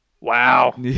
Wow